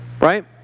Right